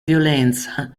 violenza